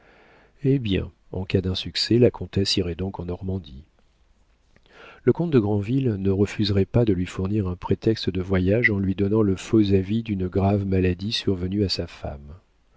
eh bien en cas d'insuccès la comtesse irait donc en normandie le comte de granville ne refuserait pas de lui fournir un prétexte de voyage en lui donnant le faux avis d'une grave maladie survenue à sa femme